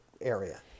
area